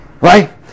Right